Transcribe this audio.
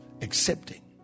accepting